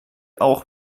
auch